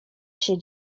się